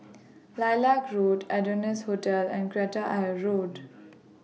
Lilac Road Adonis Hotel and Kreta Ayer Road